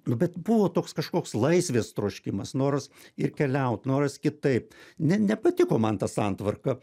nu bet buvo toks kažkoks laisvės troškimas noras ir keliaut noras kitaip ne nepatiko man ta santvarka